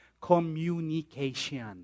Communication